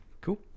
Cool